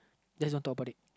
just don't talk about it